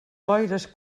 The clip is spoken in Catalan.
boires